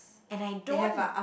and I don't